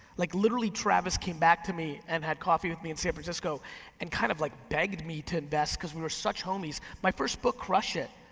like literally travis came back to me and had coffee with me in san francisco and kind of like begged me to invest cause we were such homies. my first book, crushing it,